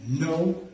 no